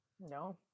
no